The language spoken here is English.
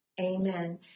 Amen